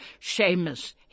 Seamus